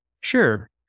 Sure